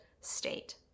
state